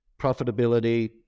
profitability